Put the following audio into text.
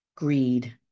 greed